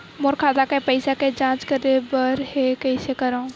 मोर खाता के पईसा के जांच करे बर हे, कइसे करंव?